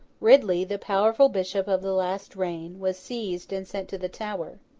ridley, the powerful bishop of the last reign, was seized and sent to the tower.